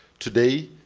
today,